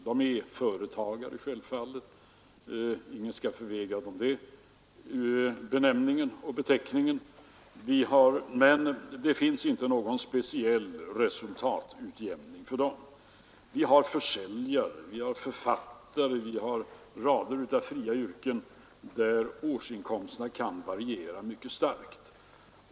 De är självfallet företagare, ingen skall förvägra dem den beteckningen; men det finns inte någon speciell resultatutjämning för dem. Det finns försäljare, författare och rader av fria yrkesutövare för vilka årsinkomsterna kan variera mycket starkt.